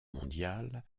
mondiale